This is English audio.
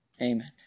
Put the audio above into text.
Amen